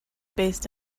based